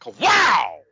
wow